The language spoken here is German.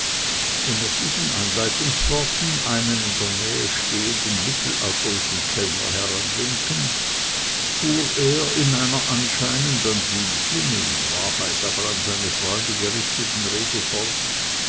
und nach diesen einleitungsworten einen in der nähe stehenden mittelalterlichen kellner heranwinkend fuhr er in einer anscheinend an diesen in wahrheit aber an seine freunde gerichteten rede fort